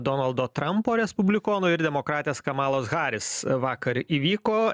donaldo trampo respublikono ir demokratės kamalos haris vakar įvyko